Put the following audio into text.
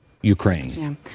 Ukraine